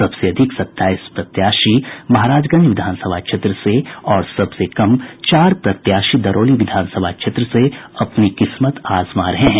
सबसे अधिक सत्ताईस प्रत्याशी महाराजगंज विधानसभा क्षेत्र से और सबसे कम चार प्रत्याशी दरौली विधानसभा क्षेत्र से अपनी किस्मत आजमा रहे हैं